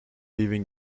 leaving